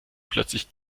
plötzlich